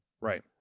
right